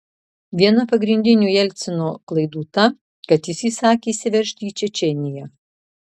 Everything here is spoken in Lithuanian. viena pagrindinių jelcino klaidų ta kad jis įsakė įsiveržti į čečėniją